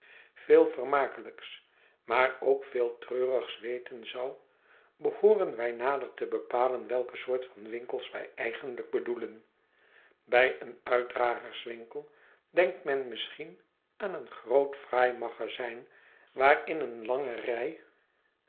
veel vermakelijks maar ook veel treurigs weten zou behooren wij nader te bepalen welke soort van winkels wij eigenlijk bedoelen bij een uitdragerswinkel denkt men misschien aan een groot fraai magazijn waarin een lange rij